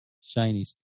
Shiny